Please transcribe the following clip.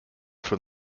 from